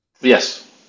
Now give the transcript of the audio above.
Yes